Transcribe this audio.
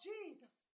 Jesus